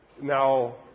now